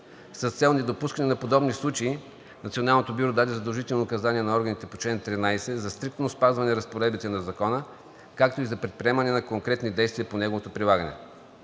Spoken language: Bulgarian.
С цел недопускане на подобни случаи Националното бюро даде задължителни указания на органите по чл. 13 за стриктно спазване разпоредбите на Закона, както и за предприемане на конкретни действия по неговото прилагане.